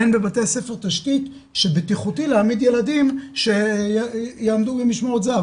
אין בבתי הספר תשתית שבטיחותי להעמיד ילדים שיעמדו במשמרות זה"ב,